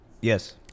Yes